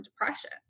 depression